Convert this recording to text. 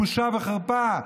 בושה וחרפה.